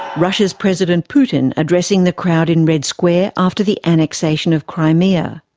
russia's president putin addressing the crowd in red square after the annexation of crimea.